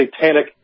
satanic